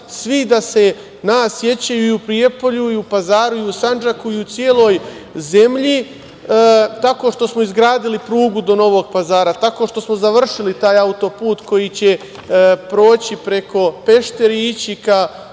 svi da nas se sećaju u Prijepolju, u Pazaru, u Sandžaku i u celoj zemlji tako što smo izgradili prugu do Novog Pazara, tako što smo završili taj autoput koji će proći preko Pešteri i ići